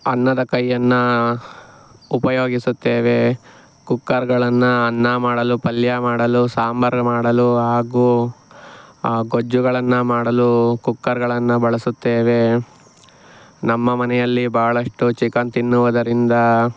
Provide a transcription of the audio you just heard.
ಅನ್ನದ ಕೈಯನ್ನು ಉಪಯೋಗಿಸುತ್ತೇವೆ ಕುಕ್ಕರ್ಗಳನ್ನು ಅನ್ನ ಮಾಡಲು ಪಲ್ಯ ಮಾಡಲು ಸಾಂಬಾರು ಮಾಡಲು ಹಾಗೂ ಗೊಜ್ಜುಗಳನ್ನು ಮಾಡಲು ಕುಕ್ಕರ್ಗಳನ್ನು ಬಳಸುತ್ತೇವೆ ನಮ್ಮ ಮನೆಯಲ್ಲಿ ಬಹಳಷ್ಟು ಚಿಕನ್ ತಿನ್ನುವುದರಿಂದ